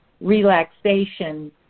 relaxation